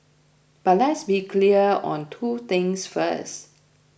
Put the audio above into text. but let's be clear on two things first